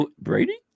Brady